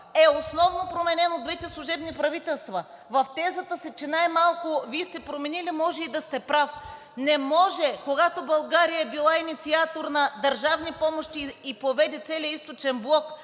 е основно променен от двете служебни правителства. В тезата си, че Вие най-малко сте променили, може и да сте прав. Не може, когато България е била инициатор на държавни помощи и поведе целия Източен блок